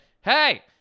Hey